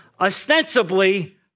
ostensibly